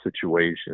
situation